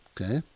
Okay